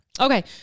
Okay